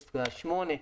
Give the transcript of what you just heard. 0.8%,